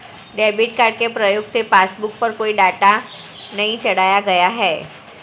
debit card के प्रयोग से पासबुक पर कोई डाटा नहीं चढ़ाया गया है